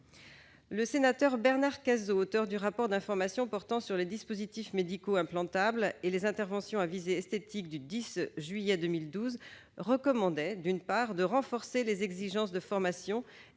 de la mission sénatoriale d'information portant sur les dispositifs médicaux implantables et les interventions à visée esthétique du 10 juillet 2012, recommandait, d'une part, de renforcer les exigences de formation